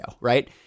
right